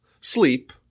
sleep